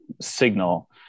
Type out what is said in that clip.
signal